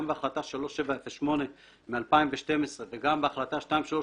גם בהחלטה 3708 מ-2012 וגם בהחלטה 2397,